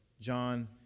John